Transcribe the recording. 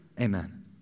amen